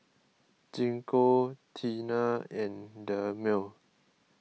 Gingko Tena and Dermale